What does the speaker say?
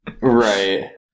right